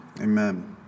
amen